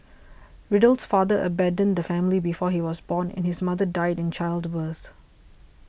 Riddle's father abandoned the family before he was born and his mother died in childbirth